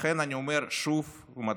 לכן אני אומר שוב ומדגיש: